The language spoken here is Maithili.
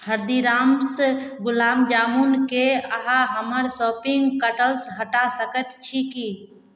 हल्दीराम्स गुलाब जामुनके अहाँ हमर शॉपिंग कार्टसँ हटा सकैत छी की